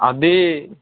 అది